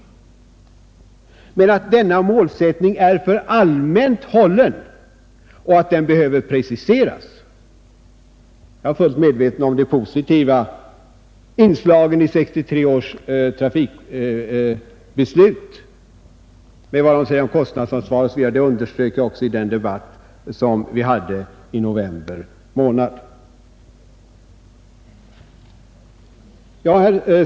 Denna målsättning är emellertid för allmänt hållen och behöver preciseras. Jag är fullt medveten om de positiva inslagen i 1963 års trafikpolitiska beslut, bl.a. vad som sägs om kostnadsansvaret, och detta underströk jag också i den debatt som vi hade i november månad.